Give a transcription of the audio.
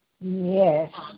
Yes